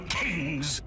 kings